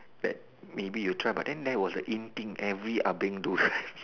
that maybe you try but then that was the in thing every ah-beng do